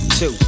two